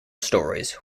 stories